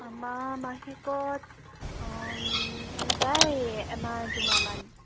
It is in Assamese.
আমাৰ মাহেকত যায় এমাহ দুমাহমান